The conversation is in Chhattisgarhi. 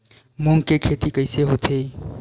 मूंग के खेती कइसे होथे?